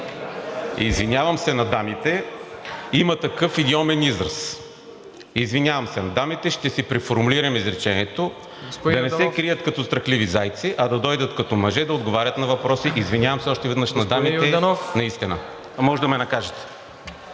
Извинявам се на дамите, има такъв идиомен израз. Извинявам се на дамите! Ще си преформулирам изречението. Да не се крият като страхливи зайци, а да дойдат като мъже да отговарят на въпроси. Извинявам се още веднъж на дамите, наистина. Може да ме накажете.